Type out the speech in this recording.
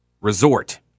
resort